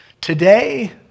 Today